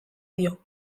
dio